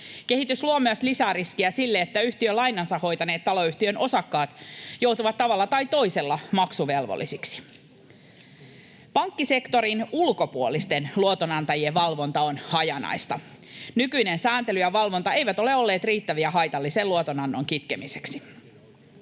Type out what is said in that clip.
Kehitys luo myös lisää riskiä sille, että yhtiölainansa hoitaneet taloyhtiön osakkaat joutuvat tavalla tai toisella maksuvelvollisiksi. Pankkisektorin ulkopuolisten luotonantajien valvonta on hajanaista. Nykyinen sääntely ja valvonta eivät ole olleet riittäviä haitallisen luotonannon kitkemiseksi.